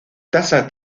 tasas